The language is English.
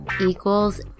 equals